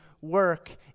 work